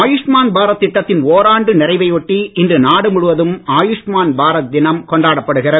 ஆயுஷ்மான் பாரத் திட்டத்தின் ஒராண்டு நிறைவை ஒட்டி இன்று நாடு முழுவதும் ஆயுஷ்மான் பாரத் தினம் கொண்டாடப் படுகிறது